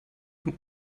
vom